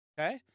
Okay